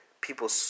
people